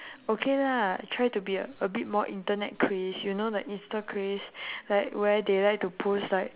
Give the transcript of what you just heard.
okay lah I try to be a bit more internet craze you know the insta craze like where they like to post like